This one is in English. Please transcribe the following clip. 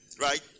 right